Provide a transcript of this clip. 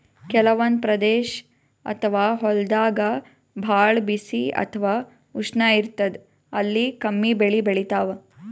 ಕೆಲವಂದ್ ಪ್ರದೇಶ್ ಅಥವಾ ಹೊಲ್ದಾಗ ಭಾಳ್ ಬಿಸಿ ಅಥವಾ ಉಷ್ಣ ಇರ್ತದ್ ಅಲ್ಲಿ ಕಮ್ಮಿ ಬೆಳಿ ಬೆಳಿತಾವ್